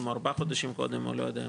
או ארבעה חודשים קודם או לא יודע מה.